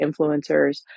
influencers